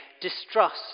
distrust